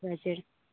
हजुर